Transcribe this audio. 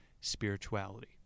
spirituality